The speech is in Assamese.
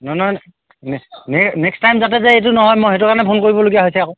নহয় নেক্সট টাইম যাতে যে এইটো নহয় মই সেইটো কাৰণে ফোন কৰিবলগীয়া হৈছে আকৌ